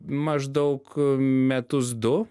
maždaug metus du